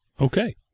Okay